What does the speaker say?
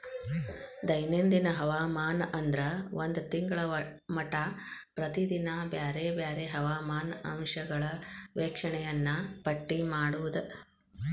ದೈನಂದಿನ ಹವಾಮಾನ ಅಂದ್ರ ಒಂದ ತಿಂಗಳ ಮಟಾ ಪ್ರತಿದಿನಾ ಬ್ಯಾರೆ ಬ್ಯಾರೆ ಹವಾಮಾನ ಅಂಶಗಳ ವೇಕ್ಷಣೆಯನ್ನಾ ಪಟ್ಟಿ ಮಾಡುದ